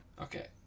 Okay